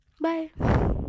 bye